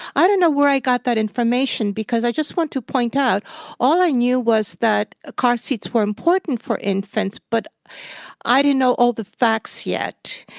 i don't know where i got that information, because i just want to point out all i knew was that ah car seats were important for infants, but i didn't know all the facts yet.